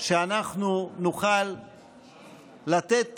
שאנחנו נוכל לתת